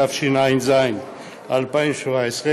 התשע"ז 2017,